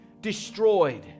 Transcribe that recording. destroyed